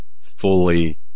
fully